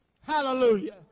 Hallelujah